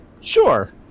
Sure